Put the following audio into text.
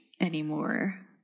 anymore